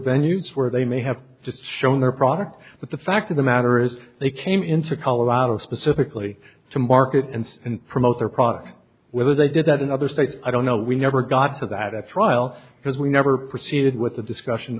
venues where they may have just shown their product but the fact of the matter is they came into colorado specifically to market ends and promote their product whether they did that in other states i don't know we never got to that at trial because we never proceeded with the discussion